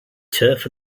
turf